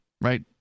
right